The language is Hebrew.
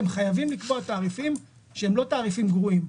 הם חייבים לקבוע תעריפים שהם לא תעריפים גרועים,